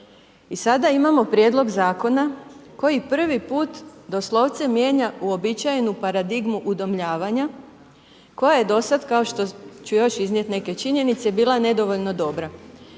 I sada imamo prijedlog zakona koji prvi put doslovce mijenja uobičajenu paradigmu udomljavanja koja je do sad, kao što ću još iznijet neke činjenice bila nedovoljno dobra.